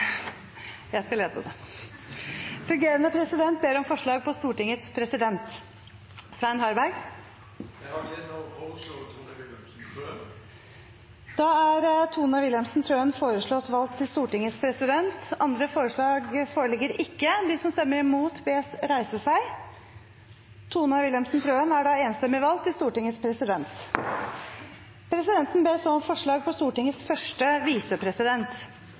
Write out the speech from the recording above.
Fungerende president ber om forslag på Stortingets president. Jeg har gleden av å foreslå Tone Wilhelmsen Trøen. Da er Tone Wilhelmsen Trøen foreslått valgt til Stortingets president. – Andre forslag foreligger ikke. Presidenten ber så om forslag på Stortingets første visepresident. Det er ei glede å føreslå Eva Kristin Hansen. Eva Kristin Hansen er foreslått valgt til Stortingets første visepresident.